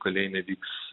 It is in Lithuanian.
kalėjime vyks